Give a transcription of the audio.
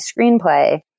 screenplay